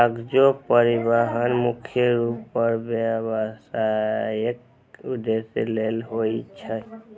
cargo परिवहन मुख्य रूप सं व्यावसायिक उद्देश्य लेल होइ छै